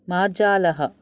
मार्जालः